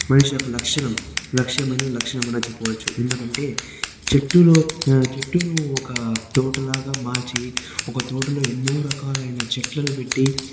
మనిషి యొక్క లక్షణం లక్ష్యమైన లక్షణం అన్న చెప్పవచ్చు ఎందుకంటే చెట్టులో చెట్టును ఒక తోట లాగా మార్చి ఒక తోటలో ఎన్నో రకాలైన చెట్లను పెట్టి